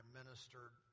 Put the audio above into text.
ministered